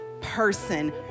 person